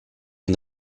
une